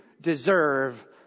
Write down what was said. deserve